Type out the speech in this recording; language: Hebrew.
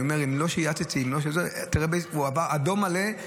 אני אומר שאם לא שיטתי, אם לא, הוא עבר באדום מלא.